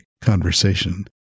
conversation